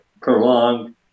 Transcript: prolonged